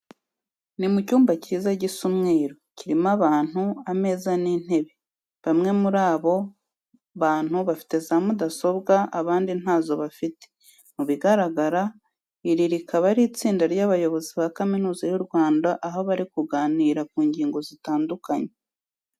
Ni mu cyumba cyiza gisa umweru, kirimo abantu, ameza n'intebe, bamwe muri abo bantu bafite za mudasobwa abandi ntazo bafite. Mu bigaragara iri rikaba ari itsinda ry'abayobozi ba Kaminuza y'u Rwanda, aho bari kuganira ku ngingo zitandukanye.